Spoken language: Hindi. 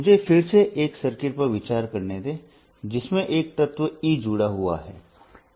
मुझे फिर से एक सर्किट पर विचार करने दें जिसमें एक तत्व E जुड़ा हुआ है